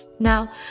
Now